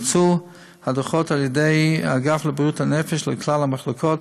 בוצעו הדרכות על ידי האגף לבריאות הנפש לכלל המחלקות